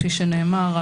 כפי שנאמר,